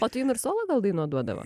o tai ir jum ir solo dainuot duodavo